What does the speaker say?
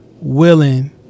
willing